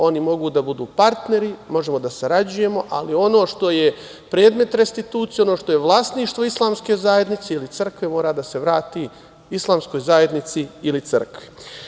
Oni mogu da budu partneri, možemo da sarađujemo, ali ono što je predmet restitucije, ono što je vlasništvo islamske zajednice ili crkve mora da se vrati islamskoj zajednici ili crkvi.